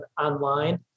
online